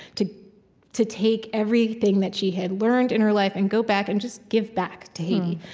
to to take everything that she had learned in her life and go back and just give back to haiti.